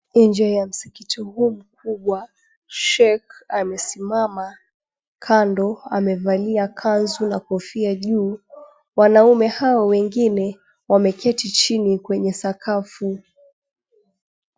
Nje ya msikiti huu mkubwa, sheikh amesimama kando. Amevalia kanzu na kofia juu. Wanaume hao wengine wameketi chini kwenye sakafu.